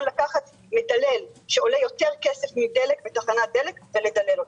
לקחת מדלל שעולה יותר מדלק בתחנת דלק ולדלל אותו.